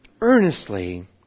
earnestly